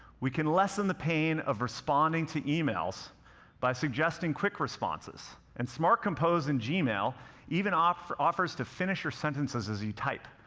we can lessen the pain of responding to emails by suggesting quick responses. and smart compose in gmail even offers offers to finish your sentences as you type.